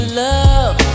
love